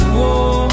war